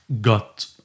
got